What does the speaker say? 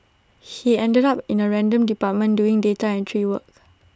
he ended up in A random department doing data entry work